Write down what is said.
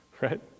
Right